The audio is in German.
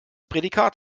prädikat